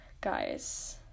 Guys